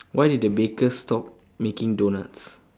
why did the baker stop making doughnuts